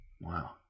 Wow